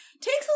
takes